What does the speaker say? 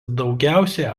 daugiausia